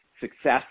success